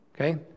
Okay